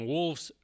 Wolves